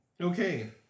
Okay